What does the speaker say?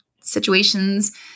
situations